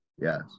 Yes